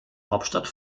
hauptstadt